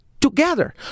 together